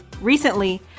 recently